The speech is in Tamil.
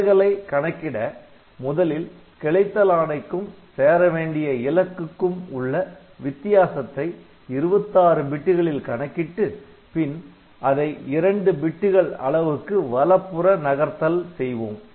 விலகலை கணக்கிட முதலில் கிளைத்தல் ஆணைக்கும் சேரவேண்டிய இலக்குக்கும் உள்ள வித்தியாசத்தை 26 பிட்டுகளில் கணக்கிட்டு பின் அதை இரண்டு பிட்டுகள் அளவுக்கு வலப்புற நகர்த்தல் செய்வோம்